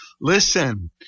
Listen